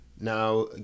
Now